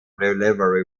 delivery